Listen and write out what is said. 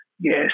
Yes